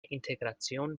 integration